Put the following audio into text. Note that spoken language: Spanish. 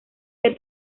que